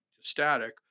static